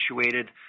situated